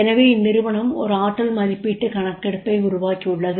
எனவே இந்நிறுவனம் ஒரு ஆற்றல் மதிப்பீட்டு கணக்கெடுப்பை உருவாக்கியுள்ளது